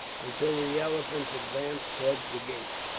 until the elephants advanced towards the gates.